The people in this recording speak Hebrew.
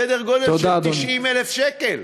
סדר גודל של 90,000 שקל?